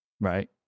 right